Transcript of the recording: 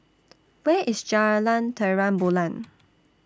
Where IS Jalan Terang Bulan